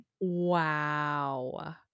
Wow